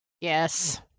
Yes